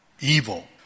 evil